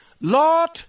Lord